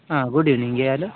ಹಾಂ good evening ಯಾರು